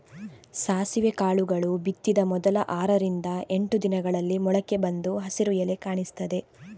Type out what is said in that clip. ಸಾಸಿವೆ ಕಾಳುಗಳು ಬಿತ್ತಿದ ಮೊದಲ ಆರರಿಂದ ಎಂಟು ದಿನಗಳಲ್ಲಿ ಮೊಳಕೆ ಬಂದು ಹಸಿರು ಎಲೆ ಕಾಣಿಸ್ತದೆ